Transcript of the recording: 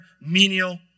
menial